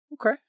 Okay